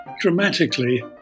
dramatically